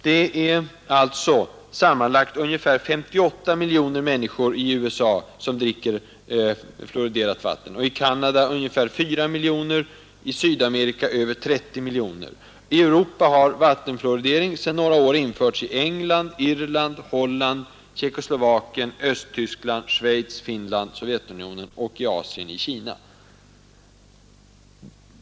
Det är alltså sammanlagt ungefär 58 miljoner människor i USA som dricker fluoriderat vatten. I Canada är det ungefär 4 miljoner och i Sydamerika över 30 miljoner. I Europa har vattenfluoridering sedan några år införts i England, Irland, Holland, Tjeckoslovakien, Östtyskland, Schweiz, Finland, Sovjetunionen och — i Asien — i Kina.